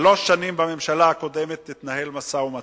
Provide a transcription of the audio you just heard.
שלוש שנים, בממשלה הקודמת, התנהל משא-ומתן,